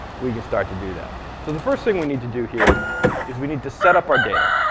we can start to do that. so the first thing we need to do here is we need to set up our data.